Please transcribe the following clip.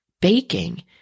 baking